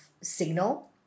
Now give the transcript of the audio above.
signal